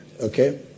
Okay